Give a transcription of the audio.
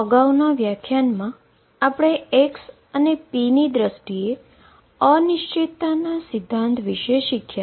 અગાઉના વ્યાખ્યાનમાં આપણે x અને p ની દ્રષ્ટિએ અનસર્ટેનીટી પ્રિંસીપલ વિશે શીખ્યા